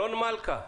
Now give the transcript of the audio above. רון מלכה,